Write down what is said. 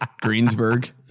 Greensburg